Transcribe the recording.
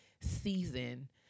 season